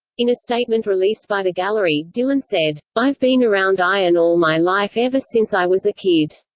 in a statement released by the gallery, dylan said, i've been around iron all my life ever since i was a kid.